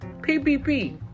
PPP